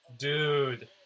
Dude